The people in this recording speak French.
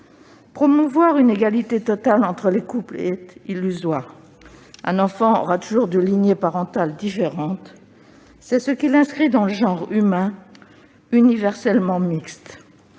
Promouvoir une égalité totale entre les couples est illusoire. Un enfant aura toujours deux lignées parentales différentes : c'est ce qui l'inscrit dans le genre humain, universellement mixte.